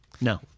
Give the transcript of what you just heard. No